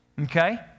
okay